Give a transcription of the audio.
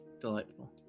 Delightful